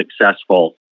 successful